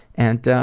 and